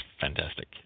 fantastic